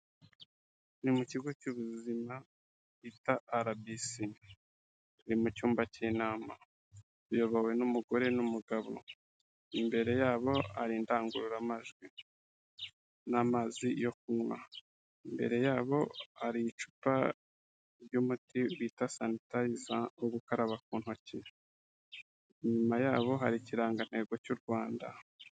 Ni mu kigo cy'ubuzima bita RBC, ni mu cyumba cy'inama, iyobowe n'umugore n'umugabo imbere yabo hari indangururamajwi n'amazi yo kunywa, imbere yabo hari icupa ry'umuti bita sunitayiza wo gukaraba ku ntoki, inyuma yabo hari Ikirangantego cy'u Rwanda.